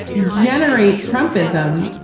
generate trumpism,